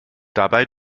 dabei